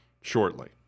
shortly